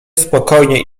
spokojnie